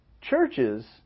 Churches